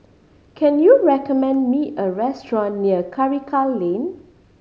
can you recommend me a restaurant near Karikal Lane